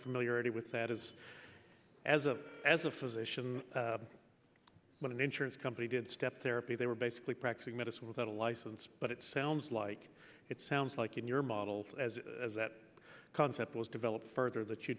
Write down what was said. familiarity with that is as a as a physician when an insurance company did step therapy they were basically practicing medicine without a license but it sounds like it sounds like in your model as that concept was developed further that you